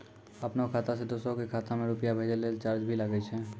आपनों खाता सें दोसरो के खाता मे रुपैया भेजै लेल चार्ज भी लागै छै?